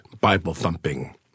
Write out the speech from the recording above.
Bible-thumping